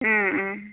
ও ও